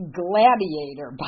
gladiator